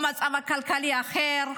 או מצב כלכלי אחר,